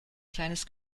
kleines